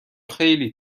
خیلی